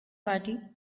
party